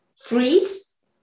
Freeze